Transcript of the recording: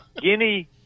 guinea